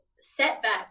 setback